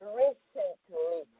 recently